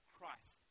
Christ